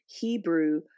Hebrew